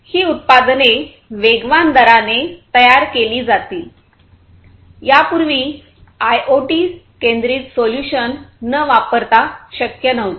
ही उत्पादने वेगवान दराने तयार केली जातील यापूर्वी आयओटी केंद्रीत सोल्यूशन न वापरता शक्य नव्हते